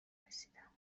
رسیدم